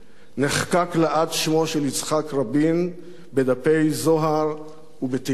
לעד שמו של יצחק רבין בדפי זוהר ובתהילת עולם.